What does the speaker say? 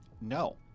No